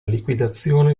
liquidazione